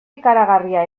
ikaragarria